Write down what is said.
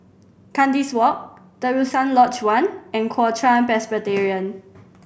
Kandis Walk Terusan Lodge One and Kuo Chuan Presbyterian